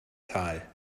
tal